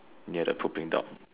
near the pooping dog